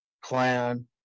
clan